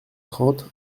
trente